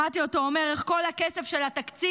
שמעתי אותו אומר איך כל הכסף של התקציב